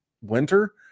winter